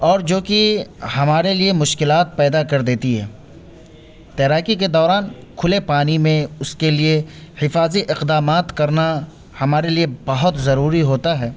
اور جوکہ ہمارے لیے مشکلات پیدا کر دیتی ہے تیراکی کے دوران کھلے پانی میں اس کے لیے حفاظی اقدامات کرنا ہمارے لیے بہت ضروری ہوتا ہے